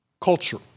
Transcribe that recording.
culture